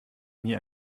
nie